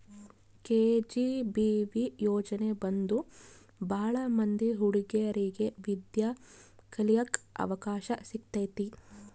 KGBV ಯೋಜನೆ ಬಂದು ಭಾಳ ಮಂದಿ ಹುಡಿಗೇರಿಗೆ ವಿದ್ಯಾ ಕಳಿಯಕ್ ಅವಕಾಶ ಸಿಕ್ಕೈತಿ